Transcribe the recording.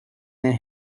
their